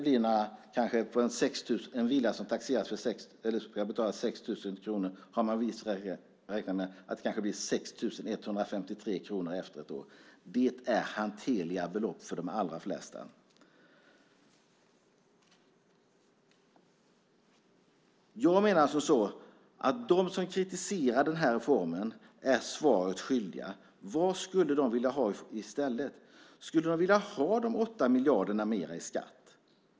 För en villa för vilken man ska betala 6 000 kronor har man räknat med att det blir 6 153 kronor efter ett år. Det är hanterliga belopp för de allra flesta. De som kritiserar den här reformen är svaret skyldiga. Vad skulle de vilja ha i stället? Skulle de vilja ha 8 miljarder mer i skatt?